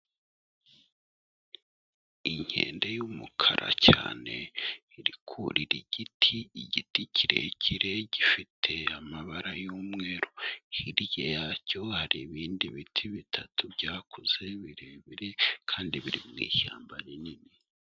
Inkende yumukara cyane, iri kurira igiti, igiti kirekire, gifite amabara y'umweru, hirya yacyo hari ibindi biti bitatu byakuze birebire, kandi biri mu ishyamba rinini.